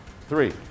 three